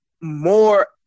more